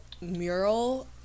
mural